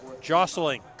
jostling